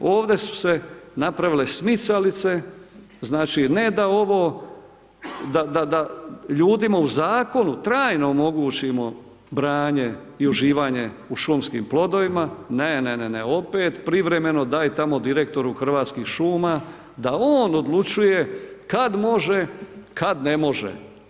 Ovde su se napravile smicalice znači ne da ovo, da da ljudima u zakonu trajno omogućimo branje i uživanje u šumskim plodovima, ne, ne, ne, opet privremeno daj tamo direktoru Hrvatskih šuma da on odlučuje kad može, kad ne može.